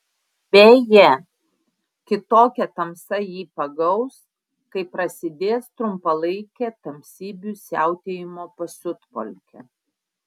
beje kitokia tamsa jį pagaus kai prasidės trumpalaikė tamsybių siautėjimo pasiutpolkė